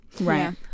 right